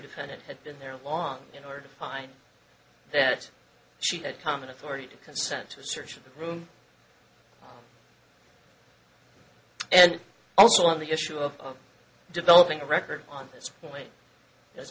defendant had been there long in order to find that she had common authority to consent to a search of the room and also on the issue of developing a record on this point it's